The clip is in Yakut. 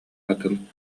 атын